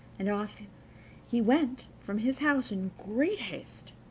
and off he went from his house in great haste,